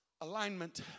Alignment